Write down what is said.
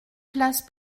place